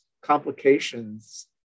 complications